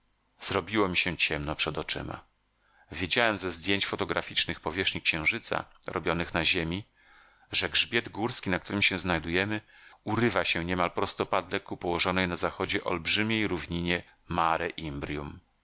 mi się ciemno przed oczyma wiedziałem ze zdjęć fotograficznych powierzchni księżyca robionych na ziemi że grzbiet górski na którym się znajdujemy urywa się niemal prostopadle ku położonej na zachodzie olbrzymiej równinie mare imbrium